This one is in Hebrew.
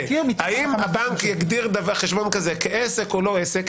האם הבנק יגדיר חשבון כזה כעסק, לא עסק?